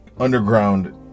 Underground